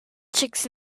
chicks